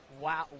wow